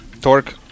Torque